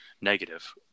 negative